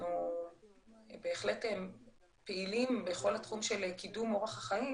אנחנו בהחלט פעילים בכל התחום של קידום אורח החיים